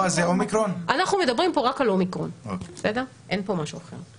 אנחנו מדברים פה רק על אומיקרון, אין פה משהו אחר.